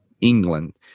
England